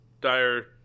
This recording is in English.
dire